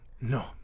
no